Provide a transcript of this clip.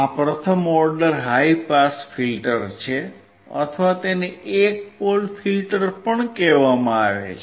આ પ્રથમ order high pass filter છે અથવા તેને એક પોલ ફિલ્ટર પણ કહેવામાં આવે છે